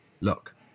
Look